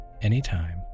anytime